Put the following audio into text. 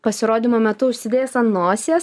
pasirodymų metu užsidėjęs ant nosies